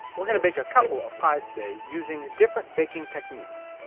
we're going to bake a couple of pies today using different baking techniques.